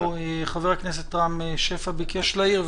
חבר הכנסת רם שפע ביקש להעיר,